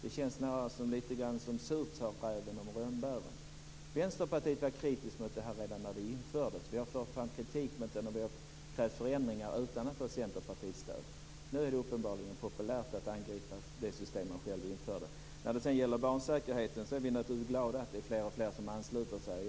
Det känns snarare som "surt sa räven om rönnbären". Vänsterpartiet var kritiskt mot det här redan när det infördes. Vi har fört fram kritik mot det och krävt förändringar utan att få Centerpartiets stöd. Nu är det uppenbarligen populärt att angripa det system man själv införde. När det gäller barnsäkerheten är vi naturligtvis glada att fler och fler ansluter sig.